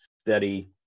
steady